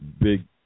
big